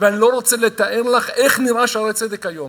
ואני לא רוצה לתאר לך איך נראה "שערי צדק" היום,